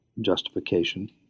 justification